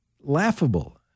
laughable